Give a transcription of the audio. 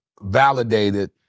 validated